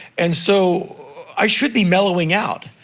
and so, i should be mellowing out.